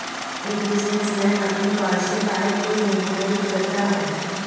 एक बिजनेसमैन अपनी वार्षिक आय खुद निर्धारित करता है